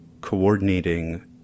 coordinating